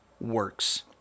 works